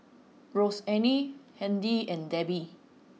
Rozanne Handy and Debbi